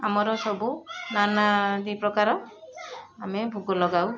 ଆମର ସବୁ ଦାନା ଦୁଇ ପ୍ରକାର ଆମେ ଭୋଗ ଲଗାଉ